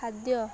ଖାଦ୍ୟ